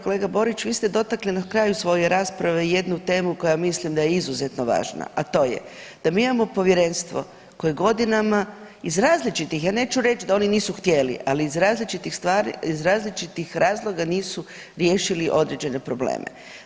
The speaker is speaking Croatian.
Kolega Borić, vi ste dotakli na kraju svoje rasprave jednu temu koja mislim da je izuzetno važna, a to je da mi imamo Povjerenstvo koje godinama iz različitih, ja neću reći da oni nisu htjeli, ali iz različitih razloga nisu riješili određene probleme.